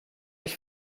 ich